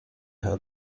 her